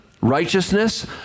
righteousness